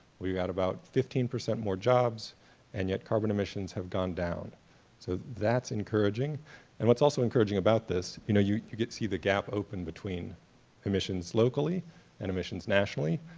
we've got about fifteen percent more jobs and yet carbon emissions have gone down so that's encouraging and what's also encouraging about this, you know you you get to see the gap open between emissions locally and emissions nationally,